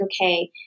okay